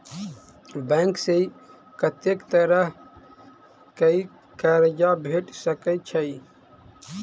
Bank सऽ कत्तेक तरह कऽ कर्जा भेट सकय छई?